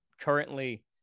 currently